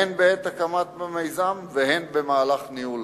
הן בעת הקמת המיזם והן במהלך ניהולו.